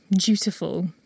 dutiful